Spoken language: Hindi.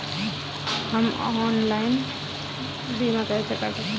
हम ऑनलाइन बीमा कैसे कर सकते हैं?